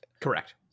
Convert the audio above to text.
Correct